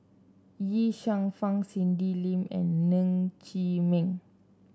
Ye Shufang Cindy Sim and Ng Chee Meng